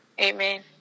Amen